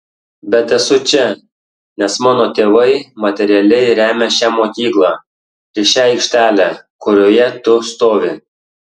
bet esu čia nes mano tėvai materialiai remia šią mokyklą ir šią aikštelę kurioje tu stovi